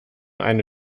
eine